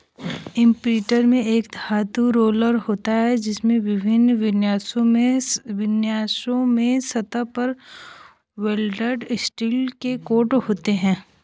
imprinter में एक धातु रोलर होता है, जिसमें विभिन्न विन्यासों में सतह पर वेल्डेड स्टील के कोण होते हैं